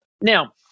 Now